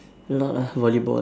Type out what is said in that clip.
a lot ah volleyball